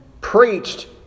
preached